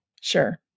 Sure